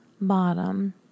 bottom